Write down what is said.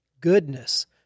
goodness